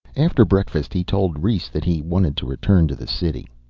after breakfast he told rhes that he wanted to return to the city.